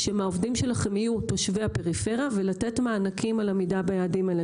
מהעובדים שלהן יהיו תושבי הפריפריה ולתת מענקים על עמידה ביעדים האלה.